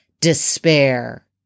despair